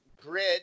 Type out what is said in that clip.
grid